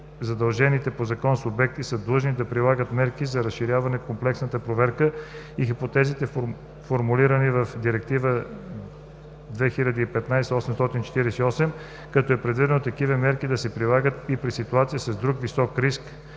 задължените по Закона субекти са длъжни да прилагат мерки за разширена комплексна проверка, в хипотезите, формулирани в Директива 2015/848, като е предвидено такива мерки да се прилагат и при ситуации с друг, по-висок риск